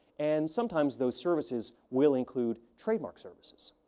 and, sometimes, those services will include trademark services.